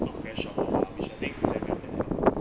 not very sharpened lah which I think samuel can help